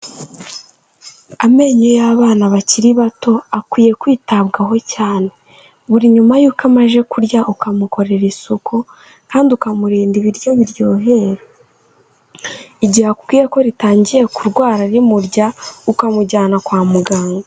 Amenyo y'abana bakiri bato, akwiye kwitabwaho cyane, buri nyuma y'uko amaze kurya ukamukorera isuku kandi ukamurinda ibiryo biryohera, igihe akubwiye ko ritangiye kurwara rimurya ukamujyana kwa muganga.